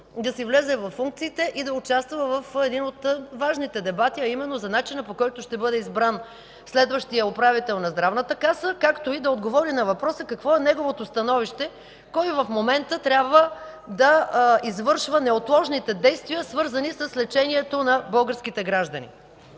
да си влезе във функциите и да участва в един от важните дебати, а именно за начина, по който ще бъде избран следващият управител на Здравната каса. Да отговори на въпроса какво е неговото становище кой в момента трябва да извършва неотложните действия, свързани с лечението на българските граждани.